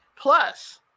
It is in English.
Plus